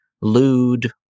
lewd